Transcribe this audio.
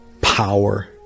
power